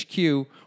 HQ